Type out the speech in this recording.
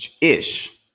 ish